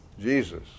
Jesus